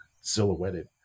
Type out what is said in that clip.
silhouetted